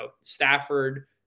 Stafford